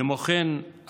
כמו כן,